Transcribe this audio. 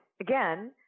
again